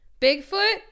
Bigfoot